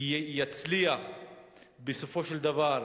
הציר כמעט לא השתנה.